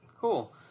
Cool